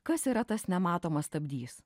kas yra tas nematomas stabdys